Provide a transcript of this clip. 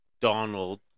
donald